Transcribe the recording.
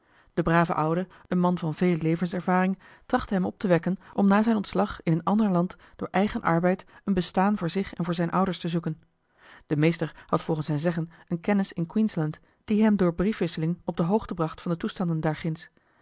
de brave oude een man van veel levenservaring trachtte hem op te wekken om na zijn ontslag in een ander land door eigen arbeid een bestaan voor zich en voor zijne ouders te zoeken de meester had volgens zijn zeggen een kennis in queensland die hem door briefwisseling op de hoogte bracht van de toestanden